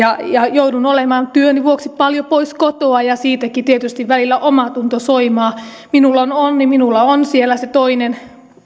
joudun olemaan työni vuoksi paljon poissa kotoa ja siitäkin tietysti välillä omatunto soimaa minulla on onni minulla on siellä se toinen